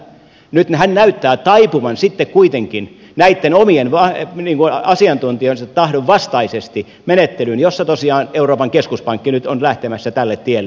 nyt hän näyttää taipuvan sitten kuitenkin näitten omien asiantuntijoidensa tahdon vastaisesti menettelyyn jossa tosiaan euroopan keskuspankki nyt on lähtemässä tälle tielle